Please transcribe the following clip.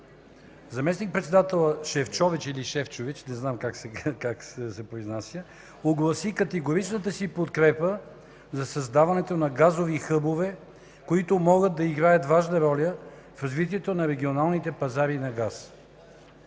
как се произнася – огласи категоричната си подкрепа за създаването на газови хъбове, които могат да играят важна роля в развитието на регионалните пазари на газ.